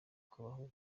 kubaho